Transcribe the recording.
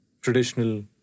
traditional